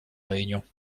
réunion